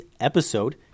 episode